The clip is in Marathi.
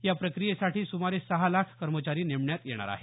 या प्रक्रियेसाठी सुमारे सहा लाख कर्मचारी नेमण्यात येणार आहेत